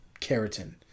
keratin